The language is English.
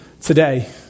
today